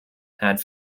had